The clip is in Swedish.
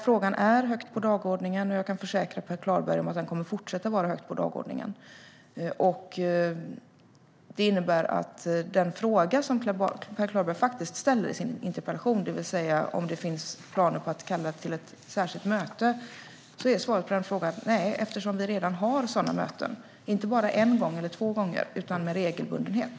Frågan står högt på dagordningen, och jag kan försäkra Per Klarberg om att den kommer att fortsätta stå högt på dagordningen. Det innebär att svaret på den fråga som Per Klarberg faktiskt ställer i sin interpellation, det vill säga om det finns planer på att kalla till ett särskilt möte, är nej. Vi har nämligen redan sådana möten - inte bara en gång eller två gånger, utan med regelbundenhet.